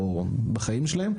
או בחיים שלהם,